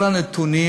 כל הנתונים